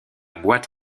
boite